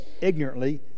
ignorantly